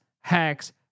hacks